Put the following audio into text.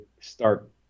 start